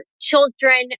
children